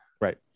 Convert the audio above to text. Right